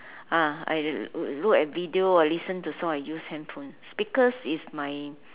ah I look at video I listen to songs I use handphone speakers is my